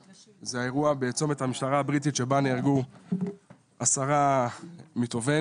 זה אירוע בצומת המשטרה הבריטית שבה נהרגו עשרה מטובינו,